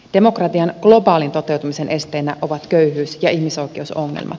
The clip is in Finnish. demokratian globaalin toteutumisen esteenä ovat köyhyys ja ihmisoikeusongelmat